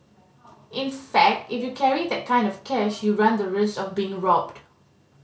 in fact if you carry that kind of cash you run the risk of being robbed